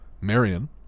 Marion